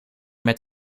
met